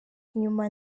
inyuma